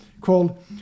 called